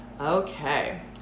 Okay